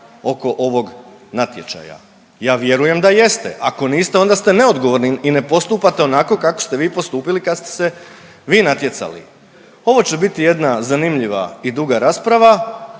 oko ovog natječaja? Ja vjerujem da jeste, ako niste onda ste neodgovorni i ne postupate onako kako ste vi postupili kad ste se vi natjecali. Ovo će biti jedna zanimljiva i duga rasprava